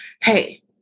hey